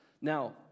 Now